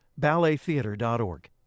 Ballettheater.org